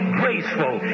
graceful